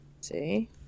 See